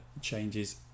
changes